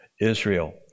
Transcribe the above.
Israel